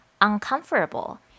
uncomfortable